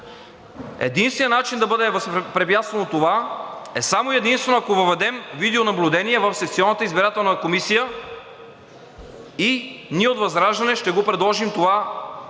Единственият начин да бъде възпрепятствано това е само и единствено, ако въведем видеонаблюдение в секционната избирателна комисия. И ние от ВЪЗРАЖДАНЕ ще го предложим това